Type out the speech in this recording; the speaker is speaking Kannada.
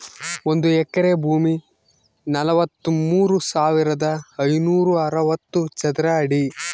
ಒಂದು ಎಕರೆ ಭೂಮಿ ನಲವತ್ಮೂರು ಸಾವಿರದ ಐನೂರ ಅರವತ್ತು ಚದರ ಅಡಿ